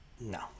No